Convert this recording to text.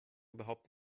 überhaupt